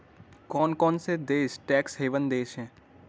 कौन कौन से देश टैक्स हेवन देश हैं?